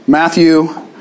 Matthew